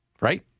Right